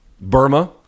Burma